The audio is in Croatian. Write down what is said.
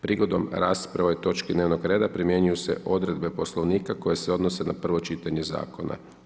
Prigodom rasprave o ovoj točki dnevnog reda primjenjuju se odredbe poslovnika, koje se odnose na prvo čitanje zakona.